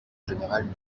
général